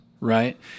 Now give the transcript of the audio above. Right